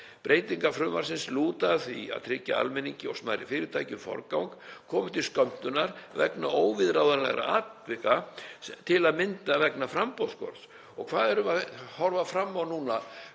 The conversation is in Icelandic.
Breytingar frumvarpsins lúta að því að tryggja almenningi og smærri fyrirtækjum forgang komi til skömmtunar vegna óviðráðanlegra atvika, til að mynda vegna framboðsskorts. Og hvað erum við að horfa fram á núna?